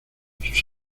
sus